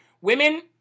Women